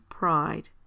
pride